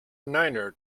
niner